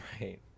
Right